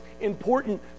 important